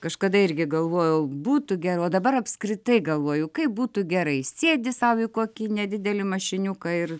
kažkada irgi galvojau būtų ger o dabar apskritai galvoju kaip būtų gerai sėdi sau į kokį nedidelį mašiniuką ir